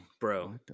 Bro